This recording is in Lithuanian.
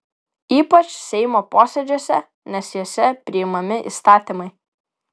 ypač seimo posėdžiuose nes juose priimami įstatymai